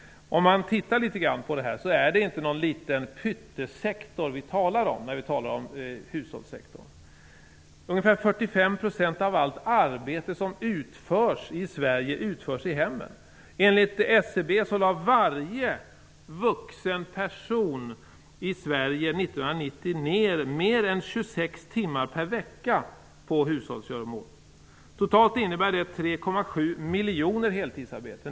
Det är inte någon liten pyttesektor vi talar om när vi talar om hushållssektorn. Ungefär 45 % av allt arbete som utförs i Sverige utförs i hemmen. Enligt SCB lade varje vuxen person i Sverige 1990 ned mer än 26 timmar per vecka på hushållsgöromål. Totalt innebär det 3,7 miljoner heltidsarbeten.